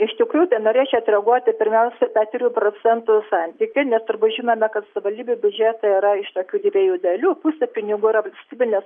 iš tikrųjų tai norėčiau atreaguoti pirmiausia į tą trijų procentų santykį mes turbūt žinome kad savivaldybių biudžetai yra iš tokių dviejų dalių pusė pinigų yra valstybinės